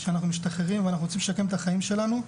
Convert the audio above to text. כשאנחנו משתחררים ואנחנו רוצים לשקם את החיים שלנו,